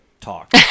talk